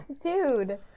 dude